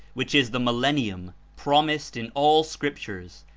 which is the millennium promised in all scriptures.